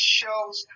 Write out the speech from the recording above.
shows